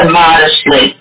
modestly